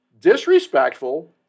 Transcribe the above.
disrespectful